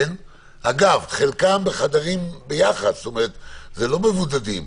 אגב, חלקם בחדרים יחד, זאת אומרת לא מבודדים.